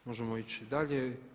Možemo ići dalje.